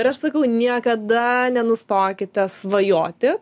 ir aš sakau niekada nenustokite svajoti